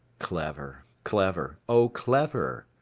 clever, clever. oh, clever,